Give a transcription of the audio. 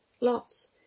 lots